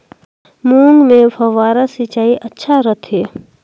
मूंग मे फव्वारा सिंचाई अच्छा रथे?